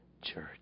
church